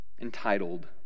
entitled